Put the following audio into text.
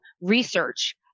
research